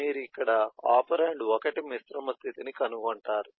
కాబట్టి మీరు ఇక్కడ ఒపెరాండ్ 1 మిశ్రమ స్థితిని కనుగొంటారు